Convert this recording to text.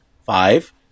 five